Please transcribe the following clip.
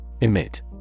Emit